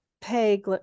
pay